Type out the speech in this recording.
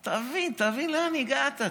תבין, תבין לאן הגעת.